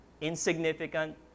Insignificant